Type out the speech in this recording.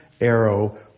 arrow